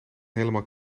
helemaal